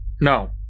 No